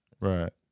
Right